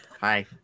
Hi